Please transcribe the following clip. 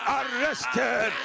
arrested